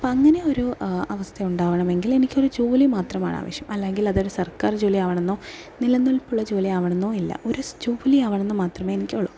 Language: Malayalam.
അപ്പം അങ്ങനെ ഒരു അവസ്ഥയുണ്ടാകണമെങ്കിൽ എനിക്ക് ജോലി മാത്രമാണ് ആവശ്യം അല്ലെങ്കിൽ അതൊരു സർക്കാർ ജോലി ആകണമെന്നോ നിലനിൽപ്പുള്ള ജോലി ആകണമെന്നോ ഇല്ല ഒരു ജോലി ആകണമെന്ന് ആഗ്രഹം മാത്രമേ എനിക്കുള്ളു